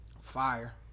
Fire